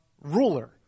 ruler